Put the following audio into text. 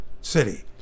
city